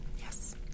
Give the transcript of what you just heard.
Yes